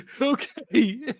Okay